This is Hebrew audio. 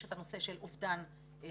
יש את הנושא של אובדן חבילות.